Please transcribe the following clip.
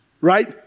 right